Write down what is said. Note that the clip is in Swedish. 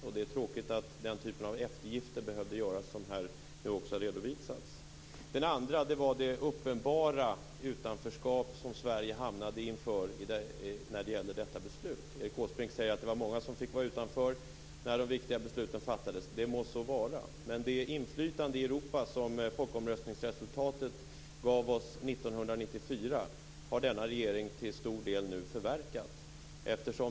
Det är tråkigt att den typ av eftergifter behövde göras som här har redovisats. Det andra var det uppenbara utanförskap som Sverige hamnade inför detta beslut. Erik Åsbrink säger att det var många som fick vara utanför när det viktiga beslutet fattades. Det må så vara. Men det inflytande i Europa som folkomröstningsresultatet gav oss 1994 har denna regering till stor del förverkat.